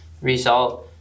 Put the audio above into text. result